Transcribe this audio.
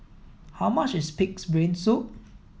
how much is pig's brain soup